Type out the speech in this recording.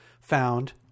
found